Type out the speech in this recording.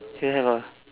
here have ah